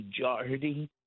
majority